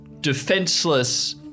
defenseless